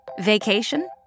Vacation